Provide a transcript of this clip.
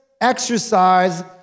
exercise